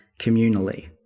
communally